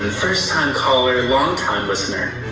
first time caller, longtime listener.